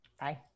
Bye